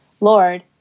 Lord